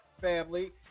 family